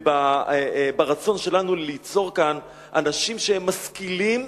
ברצון שלנו ליצור כאן אנשים שהם משכילים,